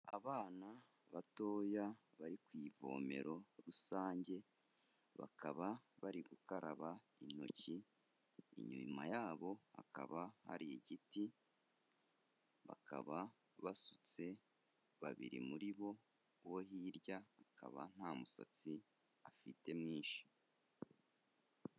Abana batoya bari ku ivomero rusange, bakaba bari gukaraba intoki, inyuma yabo hakaba hari igiti, bakaba basutse babiri muri bo, uwo hirya akaba nta musatsi afite mwinshi.